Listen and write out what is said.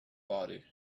body